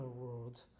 world